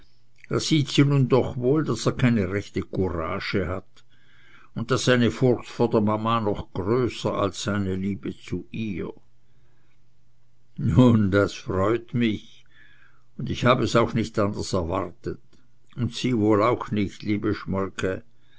da sieht sie nu doch wohl daß er keine rechte courage hat un daß seine furcht vor der mama noch größer is als seine liebe zu ihr nun das freut mich und ich hab es auch nicht anders erwartet und sie wohl auch nicht liebe schmolke